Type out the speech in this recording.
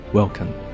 Welcome